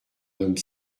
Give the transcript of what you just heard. homme